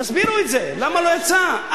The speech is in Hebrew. תסבירו את זה, למה לא יצא?